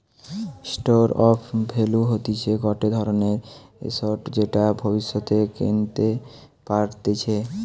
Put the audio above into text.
store of value হতিছে গটে ধরণের এসেট যেটা ভব্যিষতে কেনতে পারতিছে